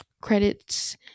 credits